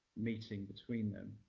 meeting between them.